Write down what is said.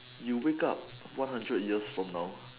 you wake up one hundred years from now